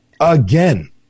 Again